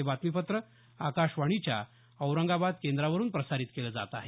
हे बातमीपत्र आकाशवाणीच्या औरंगाबाद केंद्रावरून प्रसारित केलं जात आहे